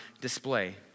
display